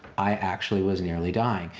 i actually was nearly dying.